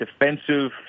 defensive